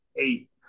eight